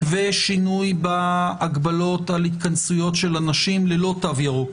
ושינוי בהגבלות על התכנסויות של אנשים ללא תו ירוק